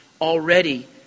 already